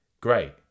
great